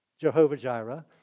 Jehovah-Jireh